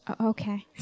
Okay